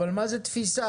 מה זה תפיסה?